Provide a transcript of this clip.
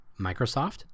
microsoft